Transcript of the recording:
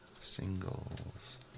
Singles